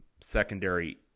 secondary